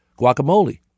guacamole